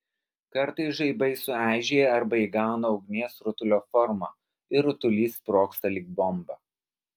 kartais žaibai sueižėja arba įgauna ugnies rutulio formą ir rutulys sprogsta lyg bomba